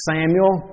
Samuel